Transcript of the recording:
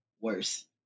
worse